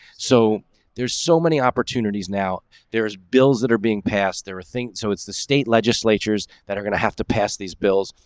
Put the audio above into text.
so there's so many opportunities. now there's bills that are being passed. there were think so. it's the state legislatures that are gonna have to pass these bills.